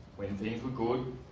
when things were good,